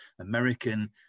American